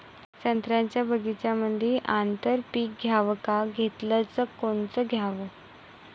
संत्र्याच्या बगीच्यामंदी आंतर पीक घ्याव का घेतलं च कोनचं घ्याव?